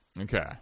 okay